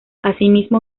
asimismo